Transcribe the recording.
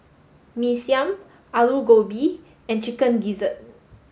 Mee Siam Aloo Gobi and Chicken Gizzard